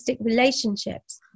relationships